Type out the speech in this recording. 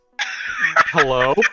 Hello